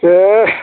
दे